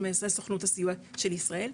למעשה זה סוכנות הסיוע של ישראל,